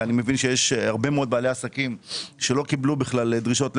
אני מבין שיש הרבה מאוד בעלי עסקים שלא קיבלו בכלל דרישות לתשלום,